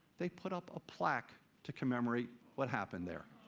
they put up a plaque to commemorate what happened there.